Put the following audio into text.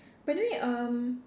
by the way um